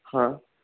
हां